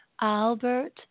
Albert